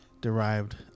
derived